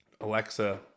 Alexa